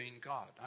God